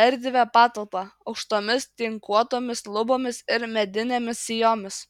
erdvią patalpą aukštomis tinkuotomis lubomis ir medinėmis sijomis